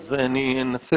אני אנסה.